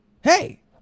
hey